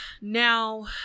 Now